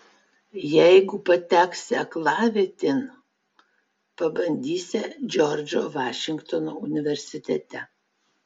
jeigu pateksią aklavietėn pabandysią džordžo vašingtono universitete